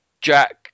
Jack